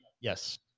Yes